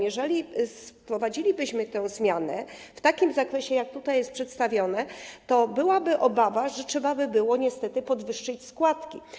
Jeżeli wprowadzilibyśmy tę zmianę w takim zakresie, jak tutaj zostało przedstawione, to byłaby obawa, że trzeba by było, niestety, podwyższyć składki.